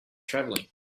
traveling